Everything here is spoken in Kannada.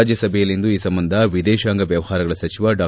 ರಾಜ್ಞಸಭೆಯಲ್ಲಿಂದು ಈ ಸಂಬಂಧ ವಿದೇಶಾಂಗ ವ್ಯವಹಾರಗಳ ಸಚಿವ ಡಾ